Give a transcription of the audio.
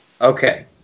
Okay